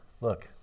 Look